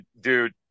dude